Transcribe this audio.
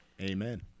amen